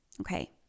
Okay